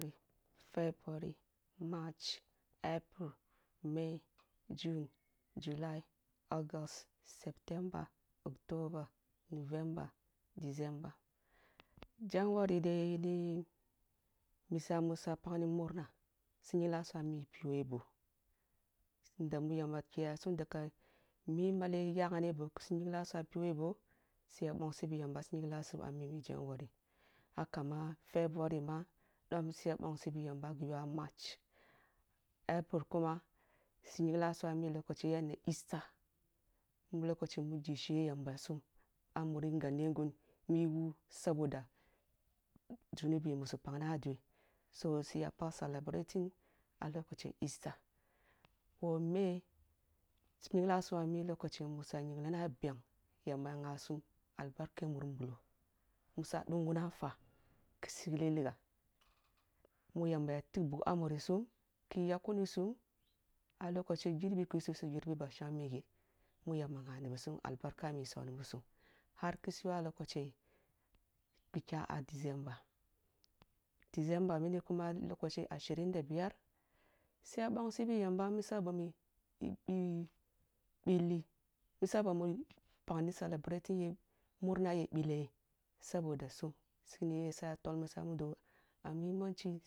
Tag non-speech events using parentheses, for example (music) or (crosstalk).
February march april mag june july august september october november december january (unintelligible) misa musa pag ni murna si nyingk sum ami phiwe boh yanda mu yamba kiyaya sum daga mi male yagane boh ki su nyink sum am, phiwe boh siya bongsi bi yamba si nyingk suna am, january haka ma february ma dom siya bongsi bi yamba ghi yuwa marchi april kuma si nyink sum ami lokachi yen easter ni lokoshi mu jishiy yamba sum ah mun nganden ngum mi wun saboda zunubi musu pagni ah duwe so siya pag celebrating ak lokachiye easter ko may si nyingla sum a lokochiye mu si ya nyingla beng yamba ya ngha sum lbarke muri nbulo musa ъunguna nfwa kisi lig liga mu yamba ya fig bug ah murisum ki yak kunisum ah lokoshi jiibi kisisi jirbi be shang me ghi mu yamba ngha ni bi sum albarka mu isub ni bi sum har ki si yuwa lokoshe kikya ki kye ah december december mini kuma lokoshe ashirin da biyar siya bingsi bi yamba misa ba i ъilli misa ba pag celebrating ye murna ye ъille saboda sum kini yi si ya tol misa mudo ah muhimanchi